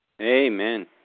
Amen